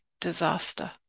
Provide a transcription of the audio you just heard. disaster